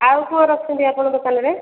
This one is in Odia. ଆଉ କଣ ରଖିଛନ୍ତି ଆପଣ ଦୋକାନରେ